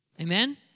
Amen